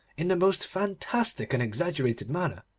in the most fantastic and exaggerated manner,